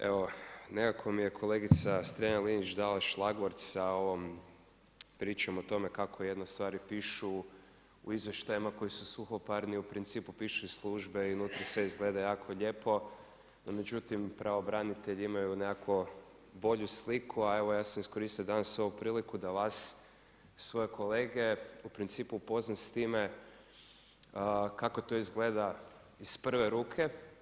Evo nekako mi je kolegica Strenja-Linić dala šlagvort sa ovom pričom o tome kako jedne stvari pišu u izvještajima koji su suhoparni, u principu pišu službe i unutra sve izgleda jako lijepo, no međutim, pravobranitelj imaju nekako bolju sliku, a evo ja sam iskoristio danas ovu priliku da vas i svoje kolege u principu upoznam s time kako to izgleda iz prve ruke.